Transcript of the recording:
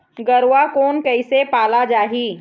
गरवा कोन कइसे पाला जाही?